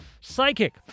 psychic